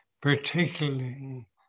particularly